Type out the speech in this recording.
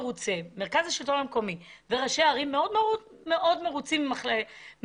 מרכז השלטון המקומי וראשי הערים מאוד מאוד מרוצים מחברות